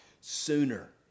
sooner